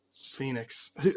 Phoenix